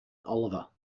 oliver